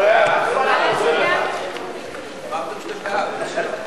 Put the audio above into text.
לוועדת הכספים נתקבלה.